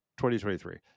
2023